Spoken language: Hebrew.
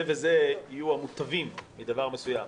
זה וזה יהיו המוטבים לדבר מסוים.